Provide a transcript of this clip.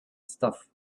stuff